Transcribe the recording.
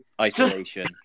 isolation